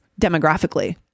demographically